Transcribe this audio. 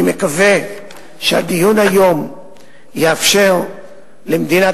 אני מקווה שהדיון היום יאפשר למדינת